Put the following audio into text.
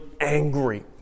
angry